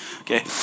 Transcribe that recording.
Okay